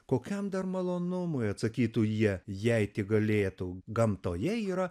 kokiam dar malonumui atsakytų jie jei tik galėtų gamtoje yra